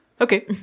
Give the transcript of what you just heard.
Okay